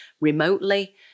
remotely